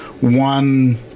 one